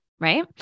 right